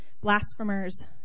Blasphemers